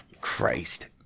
Christ